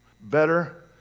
better